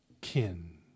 kin